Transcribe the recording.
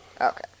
Okay